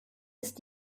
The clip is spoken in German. ist